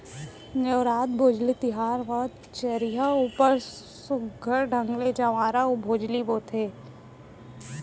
नेवरात, भोजली तिहार म चरिहा ऊपर सुग्घर ढंग ले जंवारा अउ भोजली बोथें